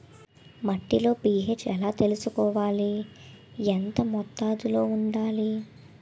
మట్టిలో పీ.హెచ్ ఎలా తెలుసుకోవాలి? ఎంత మోతాదులో వుండాలి?